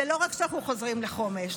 זה לא רק שאנחנו חוזרים לחומש,